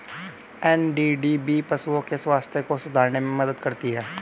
NDDB पशुओं के स्वास्थ्य को सुधारने में मदद करती है